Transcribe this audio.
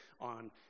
on